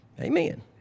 Amen